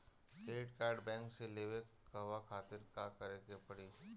Credit card bank से लेवे कहवा खातिर का करे के पड़ी?